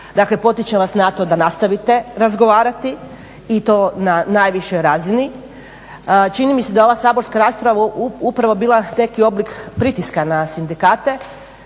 Dakle potiče vas na to da nastavite razgovarati i to na najvišoj razini. Čini mi se da je ova saborska rasprava upravo bila neki oblik pritiska na sindikate